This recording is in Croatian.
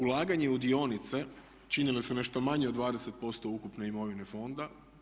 Ulaganje u dionice činile su nešto manje od 20% ukupne imovine fonda.